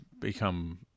become